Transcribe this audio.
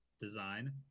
design